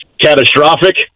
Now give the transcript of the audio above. catastrophic